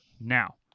Now